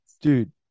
dude